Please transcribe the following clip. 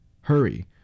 Hurry